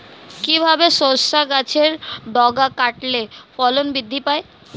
কিভাবে শসা গাছের ডগা কাটলে ফলন বৃদ্ধি পায়?